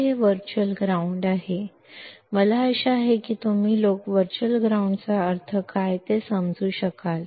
तर हे virtual ground आहे आता मला आशा आहे की तुम्ही लोक वर्चुअल ग्राउंड चा अर्थ काय ते समजू शकाल